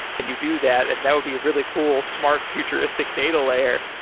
and you do that, and that would be a really cool, smart, futuristic data layer.